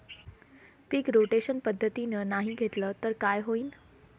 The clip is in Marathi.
पीक रोटेशन पद्धतीनं नाही घेतलं तर काय होईन?